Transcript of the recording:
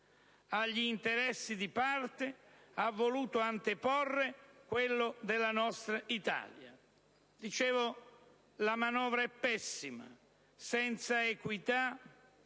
agli interessi di parte ha voluto anteporre quello della nostra Italia. Dicevo che la manovra è pessima, senza equità,